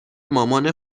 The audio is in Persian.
مامان